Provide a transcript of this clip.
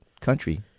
country